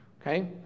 Okay